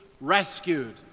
rescued